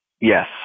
Yes